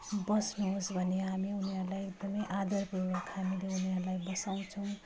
बस्नुहोस् भनी हामी उनीहरूलाई एकदमै आदरपूर्वक हामीले उनीहरूलाई बसाउँछौँ